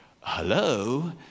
Hello